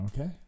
Okay